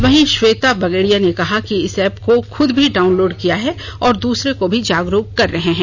वहीं श्वेता बगेड़िया ने कहा कि इस एप को खुद भी डाउनलोड किया है और दूसरे को भी जागरूक कर रहे हैं